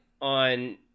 on